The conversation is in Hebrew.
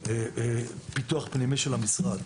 זה פיתוח פנימי של המשרד.